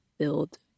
build